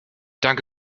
danke